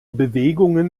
bewegungen